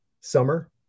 summer